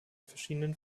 verschiedenen